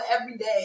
everyday